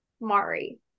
Mari